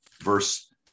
verse